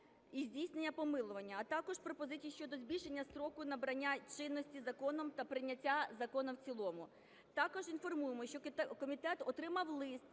і здійснення помилування, а також пропозицій щодо збільшення строку і набрання чинності законом та прийняття закону в цілому. Також інформуємо, що комітет отримав лист